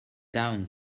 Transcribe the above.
down